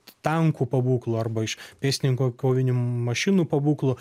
tankų pabūklų arba iš pėstininkų kovinių mašinų pabūklų